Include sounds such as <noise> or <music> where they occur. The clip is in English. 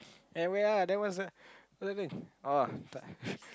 eh wait ah there was a oh <laughs>